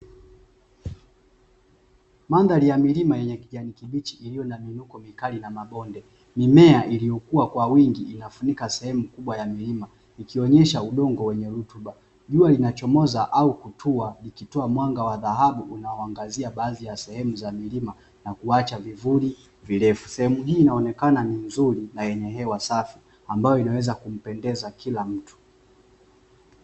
Madhali ya milima yenye kijani kibichi, iliyo miinuko mikali na mabonde mimea iliyokuwa kwa wingi inafunika sehemu kubwa ya milima, ikionyesha udongo wenye rutuba jua linachomoza au kutua likitoa mwanga wa dhahabu unaoangazia baadhi ya sehemu za milima na kuacha vivuli virefu sehemu hii inaonekana ni nzuri na yenye hewa safi ambayo inaweza kumpendeza kila mtu.